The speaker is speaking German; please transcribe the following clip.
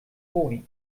moni